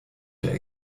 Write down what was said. der